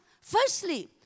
Firstly